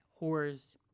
whores